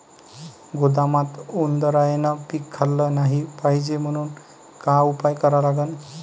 गोदामात उंदरायनं पीक खाल्लं नाही पायजे म्हनून का उपाय करा लागन?